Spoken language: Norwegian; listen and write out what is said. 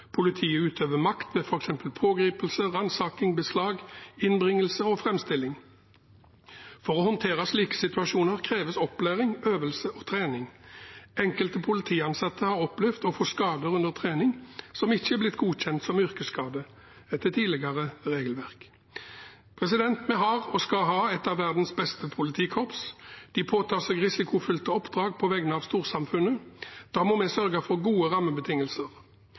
Politiet utøver makt ved f.eks. pågripelse, ransaking, beslag, innbringelse og framstilling. For å håndtere slike situasjoner kreves opplæring, øvelse og trening. Enkelte politiansatte har under trening opplevd å få skader som ikke har blitt godkjent som yrkesskade etter tidligere regelverk. Vi har og skal ha et av verdens beste politikorps. De påtar seg risikofylte oppdrag på vegne av storsamfunnet, og da må vi sørge for gode rammebetingelser.